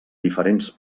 diferents